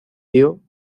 dio